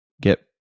get